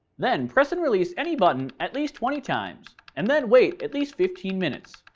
then press and release any button at least twenty times and then wait at least fifteen minutes.